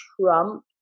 Trump